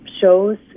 shows